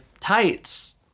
tights